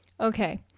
Okay